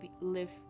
live